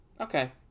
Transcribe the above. okay